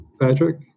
Patrick